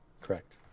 correct